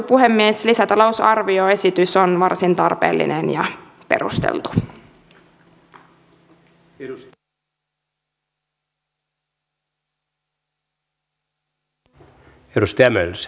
lisätalousarvioesitys on varsin tarpeellinen ja perusteltu